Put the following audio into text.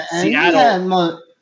Seattle